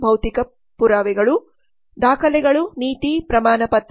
ಭೌತಿಕ ಪುರಾವೆಗಳು ದಾಖಲೆಗಳು ನೀತಿ ಪ್ರಮಾಣಪತ್ರ